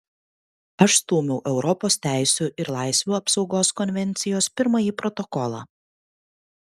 aš stūmiau europos teisių ir laisvių apsaugos konvencijos pirmąjį protokolą